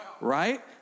right